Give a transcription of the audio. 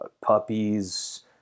puppies